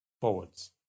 forwards